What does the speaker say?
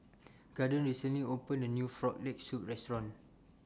Gordon recently opened A New Frog Leg Soup Restaurant